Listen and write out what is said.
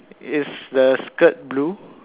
is the skirt blue